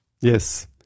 yes